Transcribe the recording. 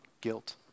Guilt